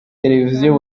televiziyo